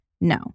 No